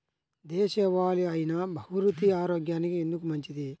దేశవాలి అయినా బహ్రూతి ఆరోగ్యానికి ఎందుకు మంచిది?